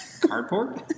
Cardboard